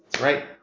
right